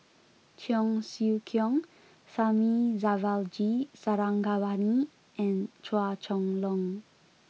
Cheong Siew Keong Thamizhavel G Sarangapani and Chua Chong Long